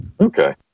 Okay